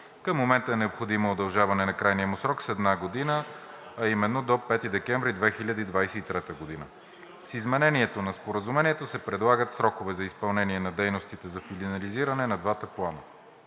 Към момента е необходимо удължаване на крайния му срок с една година – до 5 декември 2023 г. В Изменението на Споразумението се предлагат срокове за изпълнение на дейностите за финализиране на двата плана.